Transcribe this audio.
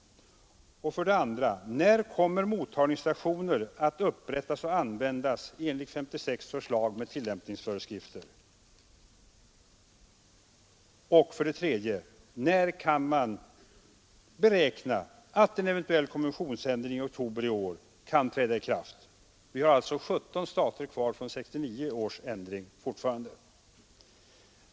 2. När kommer mottagningsstationer att upprättas och användas enligt 1956 års lag med tillämpningsföreskrifter? 3. När kan man beräkna att en eventuell konventionsändring i oktober i år kan träda i kraft? Vi har alltså fortfarande 17 stater kvar från 1969 års ändring.